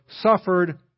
suffered